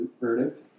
verdict